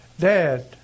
Dad